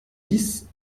dix